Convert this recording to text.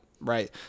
Right